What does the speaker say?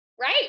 Right